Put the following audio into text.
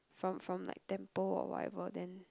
from from like temple or whatever then